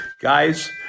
Guys